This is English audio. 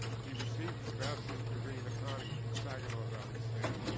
he received his bachelor's degree in accounting from saginaw valley state.